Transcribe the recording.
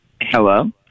Hello